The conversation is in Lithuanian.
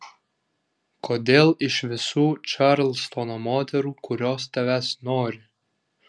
kodėl iš visų čarlstono moterų kurios tavęs nori